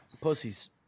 Pussies